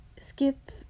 Skip